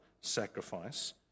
sacrifice